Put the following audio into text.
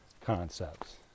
concepts